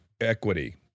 equity